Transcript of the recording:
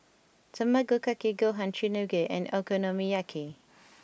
Tamago Kake Gohan Chigenabe and Okonomiyaki